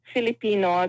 Filipino